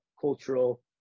cultural